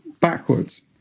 backwards